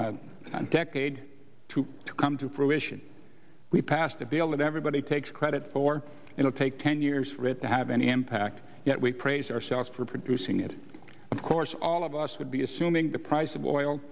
a decade or two to come to fruition we passed a bill that everybody takes credit for it will take ten years for it to have any impact yet we praise ourselves for producing it of course all of us would be assuming the price of oil